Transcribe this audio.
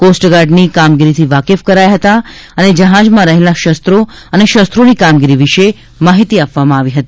કોસ્ટગાર્ડની કામગીરીથી વાકેફ કરાયા હતા અને જહાંજમાં રહેલા શસ્ત્રો અને શસ્ત્રોની કામગીરી વિશે માહિતી આપવામાં આવી હતી